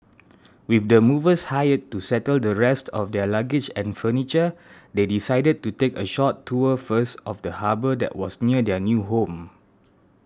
with the movers hired to settle the rest of their luggage and furniture they decided to take a short tour first of the harbour that was near their new home